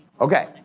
Okay